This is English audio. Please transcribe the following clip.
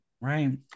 right